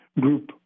group